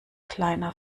kleiner